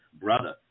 brother